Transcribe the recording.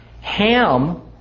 Ham